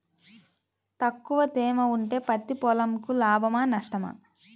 తక్కువ తేమ ఉంటే పత్తి పొలంకు లాభమా? నష్టమా?